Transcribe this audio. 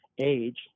age